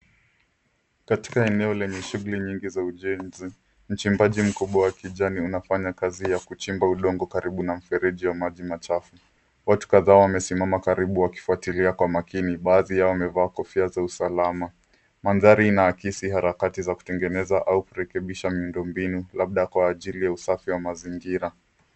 Katika eneo lenye shughuli nyingi za ujenzi, mchimbaji mkubwa wa kijani unafanya kazi ya kuchimba udongo karibu na mto au mfereji wa maji machafu. Watu kadhaa wamesimama karibu wakifwatilia kwa makini badhi yao wamevaa kofia za salama. Maandari inaagizi wakati wa kutengeneza au kurekebisha miundobinu labda kwa ajili ya usafi wa mazingira.